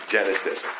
Genesis